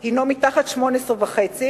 הוא מתחת ל-18.5,